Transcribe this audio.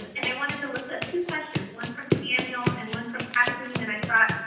and i wanted to list up two questions, one from samuel and one from cathleen. and i thought,